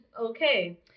Okay